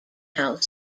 house